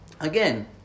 again